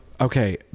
Okay